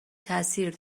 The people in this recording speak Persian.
تاثیر